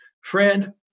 friend